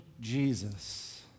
Jesus